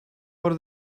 for